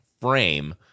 frame